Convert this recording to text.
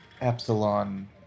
Epsilon